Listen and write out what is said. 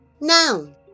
Noun